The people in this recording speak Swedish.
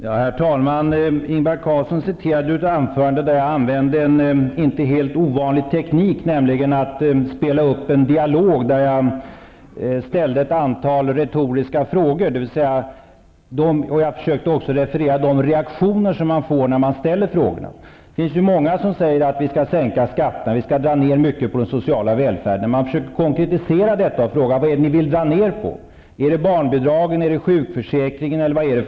Herr talman! Ingvar Carlsson citerade ur ett anförande där jag använde en inte helt ovanlig teknik, nämligen att spela upp en dialog, där jag ställde ett antal retoriska frågor och försökte referera de frågorna. Det finns många som säger att vi skall sänka skatterna och dra ner mycket på den sociala välfärden, och då försöker man konkretisera detta och frågar: Vad är det ni vill dra ner på? Är det barnbidragen, är det sjukförsäkringen, eller vad är det?